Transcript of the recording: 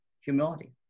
humility